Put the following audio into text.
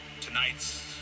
tonight's